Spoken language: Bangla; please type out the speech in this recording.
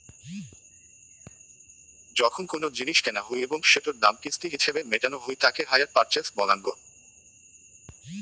যখন কোনো জিনিস কেনা হই এবং সেটোর দাম কিস্তি হিছেবে মেটানো হই তাকে হাইয়ার পারচেস বলাঙ্গ